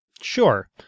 Sure